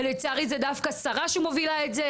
ולצערי זה דווקא שרה שמובילה את זה,